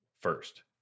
First